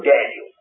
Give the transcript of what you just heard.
Daniel